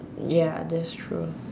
ya that's true